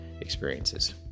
experiences